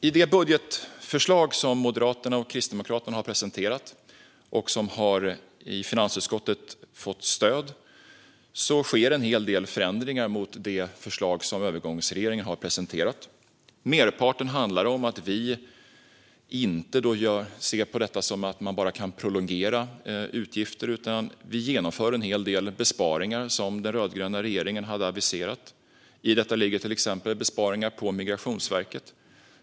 I det budgetförslag som Moderaterna och Kristdemokraterna har presenterat och som fick stöd i finansutskottet finns en hel del förändringar jämfört med det förslag som övergångsregeringen lade fram. Merparten handlar om att vi inte tycker att man bara kan prolongera utgifter. Vi genomför en hel del besparingar som den rödgröna regeringen hade aviserat. I detta ligger till exempel besparingar på Migrationsverket.